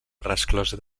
resclosa